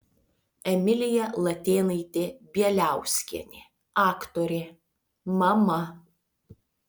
emilija latėnaitė bieliauskienė aktorė mama